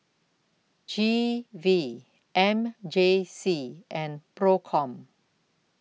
G V M J C and PROCOM